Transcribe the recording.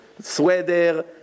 Sweater